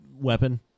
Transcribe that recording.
weapon